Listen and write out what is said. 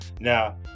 Now